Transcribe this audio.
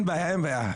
אין בעיה, אין בעיה.